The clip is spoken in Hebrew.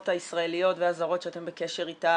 הישראליות והזרות שאתם בקשר איתם,